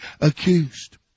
accused